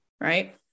Right